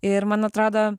ir man atrodo